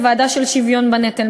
הוועדה לשוויון בנטל.